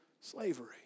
slavery